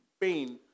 pain